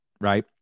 right